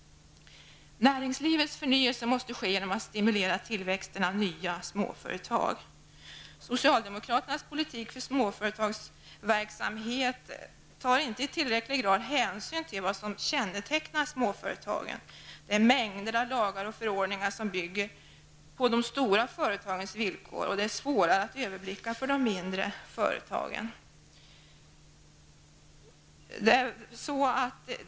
Näringslivet måste förnyas, och det måste ske genom att man stimulerar tillväxten av nya småföretag. Socialdemokraternas politik för småföretagsverksamheten tar inte i tillräckligt hög grad hänsyn till vad som kännetecknar småföretagen. En mängd lagar och förordningar bygger på de stora företagens villkor, och dessa är svårare att överblicka för de mindre företagen.